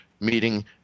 Meeting